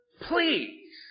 please